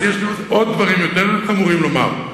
יש עוד דברים יותר חמורים לומר.